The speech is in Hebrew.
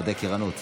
ראשית